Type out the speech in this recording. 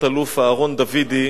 תת-אלוף אהרן דוידי,